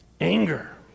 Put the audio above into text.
anger